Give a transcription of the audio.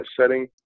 setting